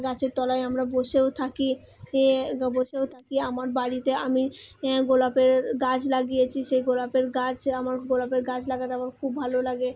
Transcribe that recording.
গাছের তলায় আমরা বসেও থাকি বসেও থাকি আমার বাড়িতে আমি গোলাপের গাছ লাগিয়েছি সেই গোলাপের গাছ আমার গোলাপের গাছ লাগাতে আমার খুব ভালো লাগে